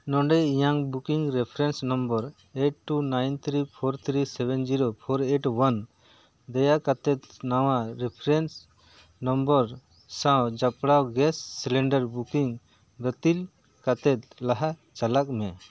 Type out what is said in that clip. ᱱᱚᱰᱮ ᱤᱧᱟᱝ booking reference number eight two nine three four three seven zero four eight one ᱫᱮᱭᱟ ᱠᱟᱛᱮᱫ ᱱᱟᱣᱟ ᱨᱤᱯᱷᱟᱨᱮᱱᱥ ᱱᱟᱢᱵᱟᱨ ᱥᱟᱶ ᱡᱚᱯᱲᱟᱣ ᱜᱮᱥ ᱥᱤᱞᱤᱱᱰᱟᱨ ᱵᱩᱠᱤᱝ ᱵᱟᱹᱛᱤᱠ ᱠᱟᱛᱮᱫ ᱞᱟᱦᱟ ᱪᱟᱞᱟᱜ ᱢᱮ